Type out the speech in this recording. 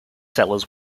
sellers